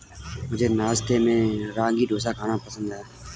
मुझे नाश्ते में रागी डोसा खाना पसंद है